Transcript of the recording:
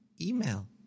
email